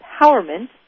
Empowerment